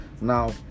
now